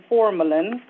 formalin